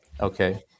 Okay